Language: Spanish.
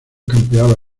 campeaba